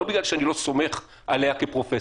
לא בגלל שאני לא סומך עליה כפרופ'.